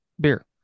beer